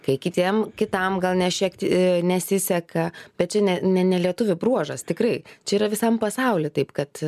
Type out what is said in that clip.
kai kitiem kitam gal ne šiek nesiseka bet čia ne ne ne lietuvių bruožas tikrai čia yra visam pasauly taip kad